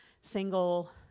single